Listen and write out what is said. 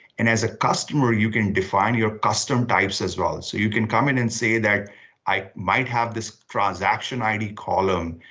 and as a customer, you can define your custom types as well. you can come in and say that i might have this transaction id column.